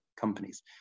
companies